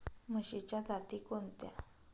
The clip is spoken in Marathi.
म्हशीच्या जाती कोणत्या?